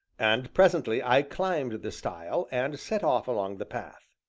and presently i climbed the stile, and set off along the path.